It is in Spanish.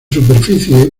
superficie